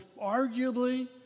arguably